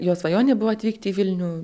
jo svajonė buvo atvykti į vilnių